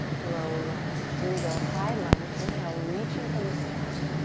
low lunge. here we go, high lunge. inhale, reaching for the sky.